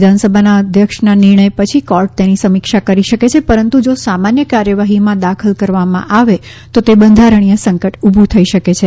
વિધાનસભા અધ્યક્ષના નિર્ણય પછી કોર્ટ તેની સમીક્ષા કરી શકે છે પરંતુ જો સામાન્ય કાર્યવાહીમાં દખલ કરવામાં આવે તો તે બંધારણીય સંકટ ઊભું થઈ શકે છે